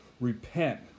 repent